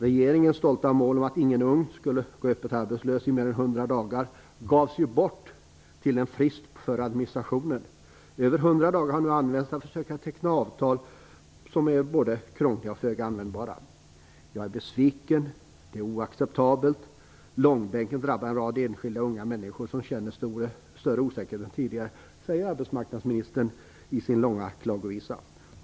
Regeringens stolta mål att ingen ungdom skulle gå öppet arbetslös i mer än hundra dagar gavs ju bort till en frist för administrationen. Över hundra dagar har nu använts till att försöka teckna avtal, som är både krångliga och föga användbara. "Jag är besviken - Det är oacceptabelt - denna långbänk drabbar en rad enskilda unga människor som nu känner ännu större osäkerhet än tidigare" säger arbetsmarknadsministern i sin långa klagovisa.